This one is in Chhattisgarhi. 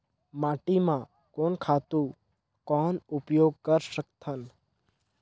माटी म कोन खातु कौन उपयोग कर सकथन?